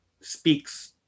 speaks